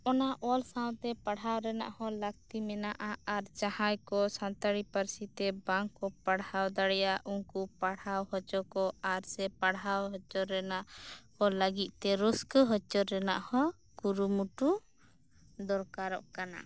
ᱚᱱᱟ ᱚᱞ ᱥᱟᱶᱛᱮ ᱯᱟᱲᱦᱟᱣ ᱨᱮᱱᱟᱜ ᱦᱚᱸ ᱞᱟᱹᱠᱛᱤ ᱢᱮᱱᱟᱜᱼᱟ ᱟᱨ ᱡᱟᱦᱟᱸᱭ ᱠᱚ ᱥᱟᱱᱛᱟᱲᱤ ᱯᱟᱹᱨᱥᱤ ᱛᱮ ᱵᱟᱝ ᱠᱚ ᱯᱟᱲᱦᱟᱣ ᱫᱟᱲᱮᱭᱟᱜ ᱩᱱᱠᱩ ᱯᱟᱲᱦᱟᱣ ᱦᱚᱪᱚᱠᱚ ᱟᱨ ᱥᱮ ᱯᱟᱲᱦᱟᱣ ᱦᱚᱪᱚ ᱨᱮᱱᱟᱜ ᱠᱚ ᱞᱟᱹᱜᱤᱫ ᱛᱮ ᱨᱟᱹᱥᱠᱟᱹ ᱦᱚᱪᱚ ᱨᱮᱱᱟᱜ ᱦᱚᱸ ᱠᱩᱨᱩᱢᱩᱴᱩ ᱫᱚᱨᱠᱟᱨᱚᱜ ᱠᱟᱱᱟ